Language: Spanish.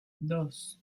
dos